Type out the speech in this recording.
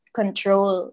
control